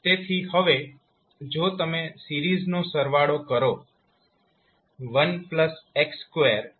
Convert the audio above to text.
તેથી હવે જો તમે સિરીઝ નો સરવાળો કરો 1x2x3